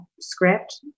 script